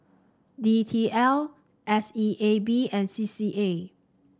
D T L S E A B and C C A